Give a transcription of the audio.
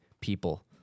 people